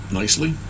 nicely